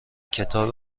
کتاب